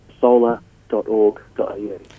solar.org.au